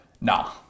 nah